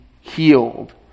healed